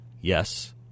Yes